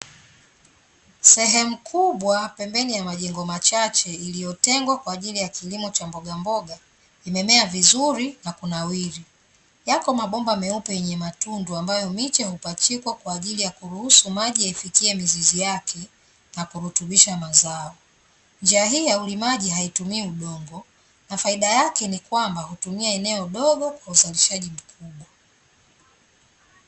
Sehemu kubwa pembeni ya majengo machache iliyotengwa kwa ajili ya kilimo cha mbogamboga, imemea vizuri na kunawiri. Yako mabomba meupe yenye matundu ambayo miche hupachikwa kwa ajili ya kuruhusu maji yaifikie mizizi yake na kurutubisha mazao. Njia hii ya ulimaji haitumii udongo na faida yake ni kwamba hutumia eneo dogo kwa uzalishaji mkubwa.